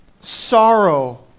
sorrow